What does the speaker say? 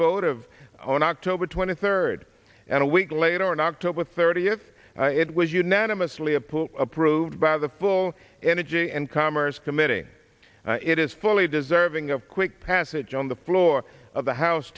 vote of on october twenty third and a week later in october thirtieth it was unanimously a pool approved by the full energy and commerce committee it is fully deserving of quick passage on the floor of the house